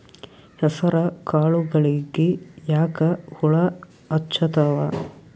ಹೆಸರ ಕಾಳುಗಳಿಗಿ ಯಾಕ ಹುಳ ಹೆಚ್ಚಾತವ?